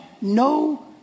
no